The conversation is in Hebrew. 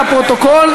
לפרוטוקול,